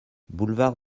boulevard